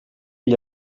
gli